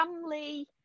family